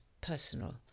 personal